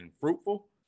fruitful